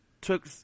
took